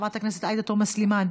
חברת הכנסת עאידה תומא סלימאן,